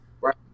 Right